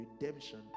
redemption